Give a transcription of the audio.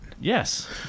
Yes